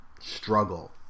struggle